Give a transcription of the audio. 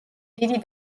დიდი